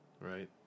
right